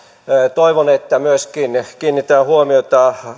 toivon että myöskin kiinnitetään huomiota